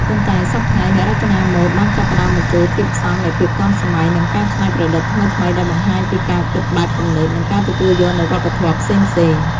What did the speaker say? ប៉ុន្តែសព្វថ្ងៃ អ្នករចនាម៉ូដបានចាប់ផ្តើមបញ្ចូលធាតុផ្សំនៃភាពទាន់សម័យ និងការច្នៃប្រឌិតថ្មីៗ ដែលបង្ហាញពីការគិតបែបទំនើបនិងការទទួលយកនូវវប្បធម៌ផ្សេងៗ។